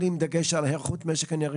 אנא שים דגש על היערכות משק האנרגיה